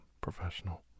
professional